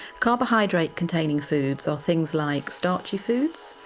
carbohydrate containing foods are things like starchy foods,